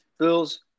Bills